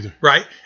right